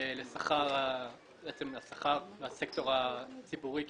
לשכר לסקטור הציבורי הקהילתי,